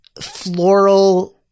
floral